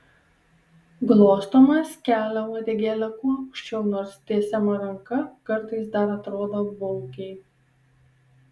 glostomas kelia uodegėlę kuo aukščiau nors tiesiama ranka kartais dar atrodo baugiai